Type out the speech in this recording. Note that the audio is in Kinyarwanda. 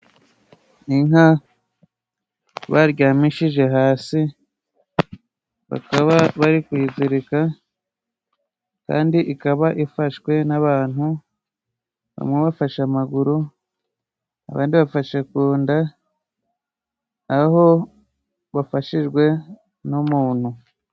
Inka baryamishije hasi bakaba bari kuyizirika kandi ikaba ifashwe n'abantu, bamwe bafashe amaguru, abandi bafashe kunda aho bafashijwe n'umuntu.